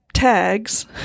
tags